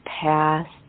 past